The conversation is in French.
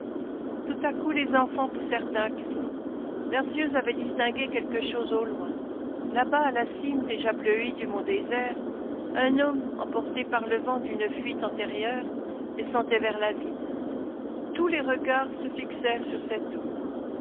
tout à coup les enfants poussèrent un cri leurs yeux avaient distingué quelque chose au loin là-bas à la cime déjà bleuie du mont désert un homme emporté par le vent d'une fuite antérieure descendait vers la ville tous les regards se fixèrent sur cet homme